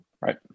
Right